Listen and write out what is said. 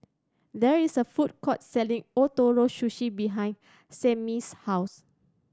there is a food court selling Ootoro Sushi behind Samie's house